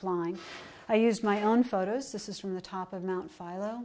flying i used my own photos this is from the top of mount file